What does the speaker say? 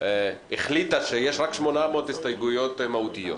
החליטה שיש רק 800 הסתייגויות מהותיות.